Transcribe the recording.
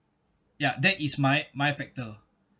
ya that is my my factor